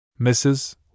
Mrs